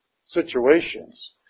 situations